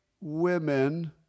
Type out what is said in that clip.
women